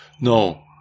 No